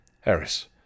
Harris